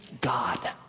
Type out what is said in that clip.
God